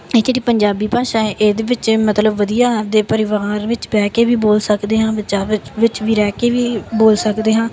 ਇਹ ਜਿਹੜੀ ਪੰਜਾਬੀ ਭਾਸ਼ਾ ਹੈ ਇਹਦੇ ਵਿੱਚ ਮਤਲਬ ਵਧੀਆ ਆਪਣੇ ਪਰਿਵਾਰ ਵਿੱਚ ਬਹਿ ਕੇ ਵੀ ਬੋਲ ਸਕਦੇ ਹਾਂ ਬੱਚਿਆਂ ਵਿੱਚ ਵੀ ਰਹਿ ਕੇ ਵੀ ਬੋਲ ਸਕਦੇ ਹਾਂ